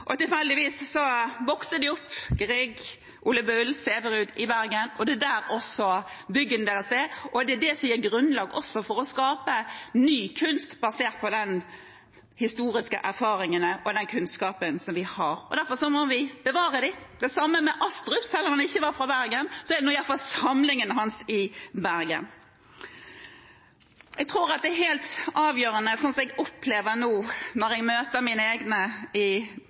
opp. Tilfeldigvis vokste de opp – Grieg, Ole Bull, Sæverud – i Bergen, og det er også der byggene deres er. Det er det som gir grunnlag også for å skape ny kunst, basert på den historiske erfaringen og den kunnskapen som vi har, og derfor må vi bevare dem. Det samme med Astrup: Selv om han ikke var fra Bergen, så er nå i hvert fall samlingen hans i Bergen. Slik jeg opplever det nå, når jeg møter mine egne i